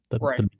Right